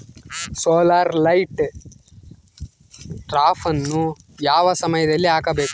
Solar light ಟ್ರಾಪನ್ನು ಯಾವ ಸಮಯದಲ್ಲಿ ಹಾಕಬೇಕು?